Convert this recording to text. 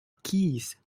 keys